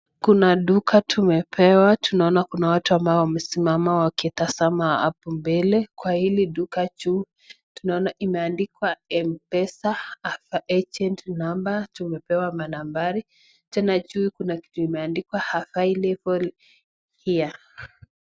Kuna duka tumepewa. Tunaona kuna watu ambao wamesimama wakitazama hapo mbele. Kwa hili duka juu tunaona imeandikwa M-PESA, Safaricom Agent number , tumepewa manambari. Tena juu kuna kitu imeandikwa available here .